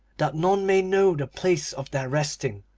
that none may know the place of their resting.